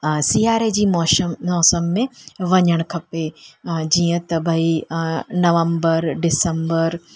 सियारे जी मौसम मौसम में वञणु खपे जीअं त भई नवंम्बर डिसंबर